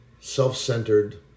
self-centered